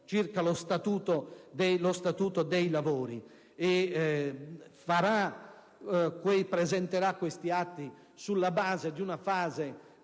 circa lo Statuto dei lavori. Il Governo presenterà questi atti sulla base di una fase